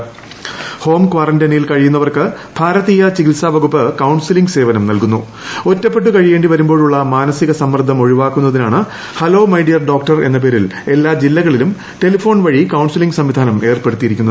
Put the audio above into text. counselling home ക്വാറന്റയിനിൽ കഴിയുന്നവർക്ക് ഭാരതീയ ചികിൽസാ വകുപ്പ് കൌൺസലിംഗ് സേവനം നൽകുന്നു ഒറ്റപ്പെട്ടു കഴിയേണ്ടിവരുമ്പോഴുള്ള മാനസിക സമ്മർദ്ദം ഒഴിവാക്കുന്നതിനാണ് ഹലോ മൈ ഡിയർ ഡോക്ടർ എന്ന പേരിൽ എല്ലാ ജില്ലകളിലും ടെലഫോൺ വഴി കൌൺസലിംഗ് സംവിധാനം ഏർപ്പെടുത്തിയിരിക്കുന്നത്